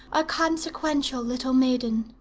a consequential little maiden.